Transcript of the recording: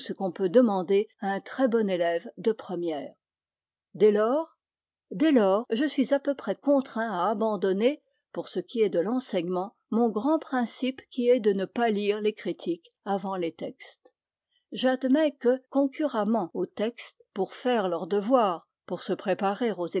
qu'on peut demander à un très bon élève de première dès lors dès lors je suis à peu près contraint à abandonner pour ce qui est de l'enseignement mon grand principe qui est de ne pas lire les critiques avant les textes j'admets que concurremment aux textes pour faire leurs devoirs pour se préparer aux